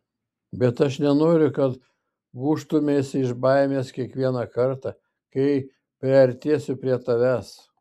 bet aš nenoriu kad gūžtumeisi iš baimės kiekvieną kartą kai priartėsiu prie tavęs